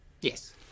Yes